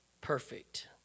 perfect